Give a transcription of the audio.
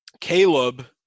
Caleb